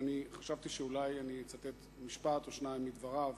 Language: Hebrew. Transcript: וחשבתי שאולי אצטט משפט או שניים מדבריו.